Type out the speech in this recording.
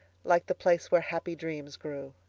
like the place where happy dreams grew.